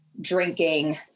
drinking